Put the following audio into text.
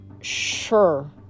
Sure